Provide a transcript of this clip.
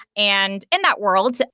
and in that world,